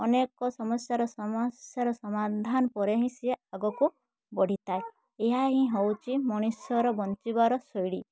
ଅନେକ ସମସ୍ୟାର ସମସ୍ୟାର ସମାଧାନ ପରେ ହିଁ ସିଏ ଆଗକୁ ବଢ଼ିଥାଏ ଏହା ହିଁ ହଉଛି ମଣିଷର ବଞ୍ଚିବାର ଶୈଳୀ